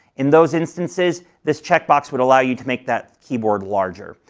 in those instances, this check box would allow you to make that keyboard larger,